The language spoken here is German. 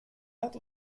hat